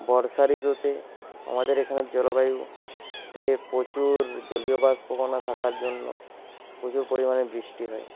বর্ষা ঋতুতে আমাদের এখানের জলবায়ুতে প্রচুর জলীয় বাষ্পকণা থাকার জন্য প্রচুর পরিমাণে বৃষ্টি হয়